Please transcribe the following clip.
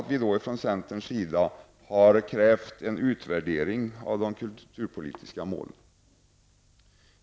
Vi har från centerns sida krävt en utvärdering av hur de kulturpolitiska målen har uppfyllts.